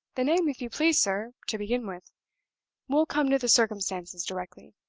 the name, if you please, sir, to begin with we'll come to the circumstances directly.